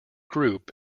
group